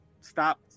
stop